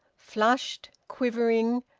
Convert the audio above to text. flushed, quivering,